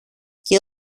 και